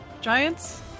Giants